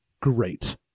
Great